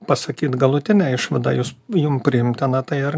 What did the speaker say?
pasakyt galutinę išvadą jūs jum priimtina tai ar